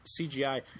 CGI